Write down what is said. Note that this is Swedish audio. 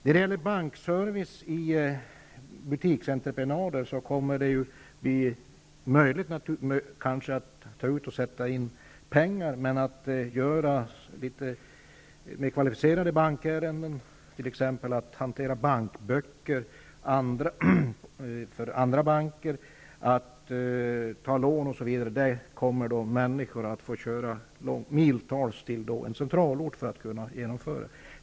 När det gäller bankservice i butiksentreprenader kommer det kanske att vara möjligt att ta ut och sätta in pengar, men för att genomföra mer kvalificerade banktjänster, t.ex. att hantera bankböcker från andra banker, att ta lån osv., kommer människor att få köra miltals till en centralort.